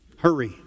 Hurry